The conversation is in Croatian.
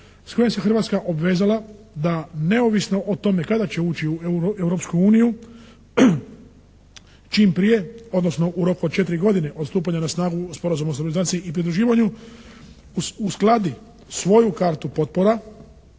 kojim se Hrvatska obvezala da neovisno o tome kada će ući u Europsku uniju, čim prije, odnosno u roku od 4 godine od stupanja na snagu Sporazuma o stabilizaciji i pridruživanju uskladi svoju kartu potpora